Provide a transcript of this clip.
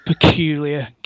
peculiar